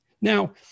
Now